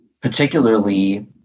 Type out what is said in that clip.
particularly